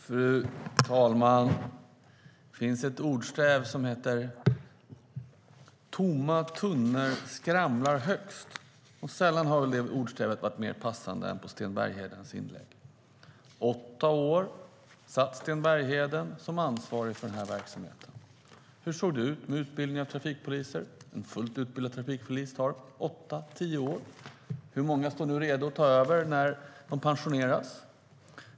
Fru talman! Det finns ett ordspråk som lyder: Tomma tunnor skramlar mest. Sällan har väl det ordspråket varit mer passande än beträffande Sten Berghedens inlägg. Åtta år satt Sten Bergheden som ansvarig för verksamheten. Hur såg det ut med utbildning av trafikpoliser? Att bli fullt utbildad trafikpolis tar åtta tio år. Hur många står redo att ta över när dagens trafikpoliser går i pension?